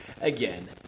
again